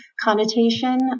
connotation